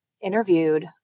interviewed